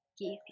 Give